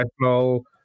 national